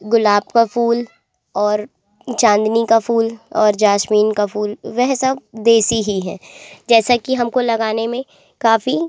गुलाब का फूल और चाँदनी का फूल और जासमीन का फूल वह सब देसी ही हैं जैसा कि हमको लगाने में काफ़ी